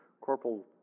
Corporal